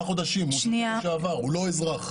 הוא לא אזרח,